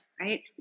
right